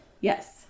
Yes